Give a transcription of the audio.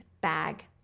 bag